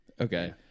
Okay